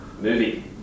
movie